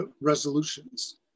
resolutions